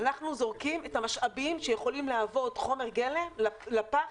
אנחנו זורקים את המשאבים שיכולים להוות חומר גלם לפח.